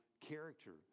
character